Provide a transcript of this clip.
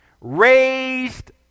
raised